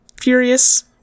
furious